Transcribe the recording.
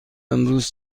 امروز